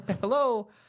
Hello